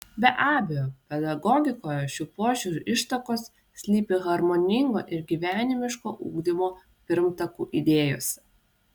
be abejo pedagogikoje šių požiūrių ištakos slypi harmoningo ir gyvenimiško ugdymo pirmtakų idėjose